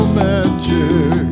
magic